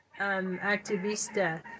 activista